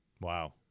wow